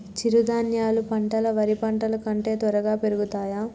చిరుధాన్యాలు పంటలు వరి పంటలు కంటే త్వరగా పెరుగుతయా?